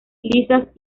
lisas